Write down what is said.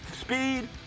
speed